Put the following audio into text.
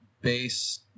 base